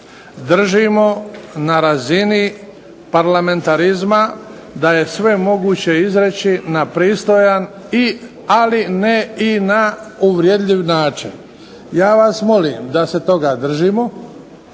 držimo na razini parlamentarizma, da je sve moguće izreći na pristojan ali ne i na uvredljiv način. Ja vas molim da se toga držimo,